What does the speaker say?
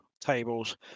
tables